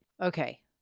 Okay